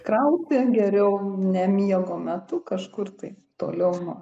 krauti geriau ne miego metu kažkur tai toliau nuo